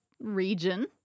region